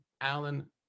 alan